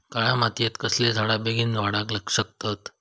काळ्या मातयेत कसले झाडा बेगीन वाडाक शकतत?